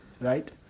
Right